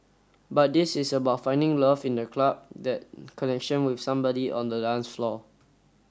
but this is about finding love in the club that connection with somebody on the dance floor